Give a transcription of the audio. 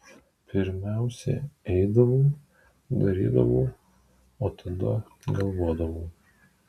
pirmiausia eidavau darydavau o tada galvodavau